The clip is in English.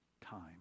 time